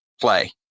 play